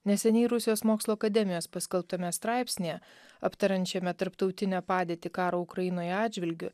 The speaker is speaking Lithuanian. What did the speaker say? neseniai rusijos mokslų akademijos paskelbtame straipsnyje aptariančiame tarptautinę padėtį karo ukrainoje atžvilgiu